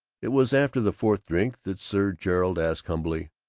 it was after the fourth drink that sir gerald asked humbly,